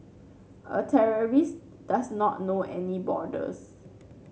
a terrorist does not know any borders